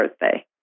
birthday